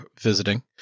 visiting